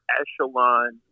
echelon